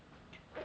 I think so too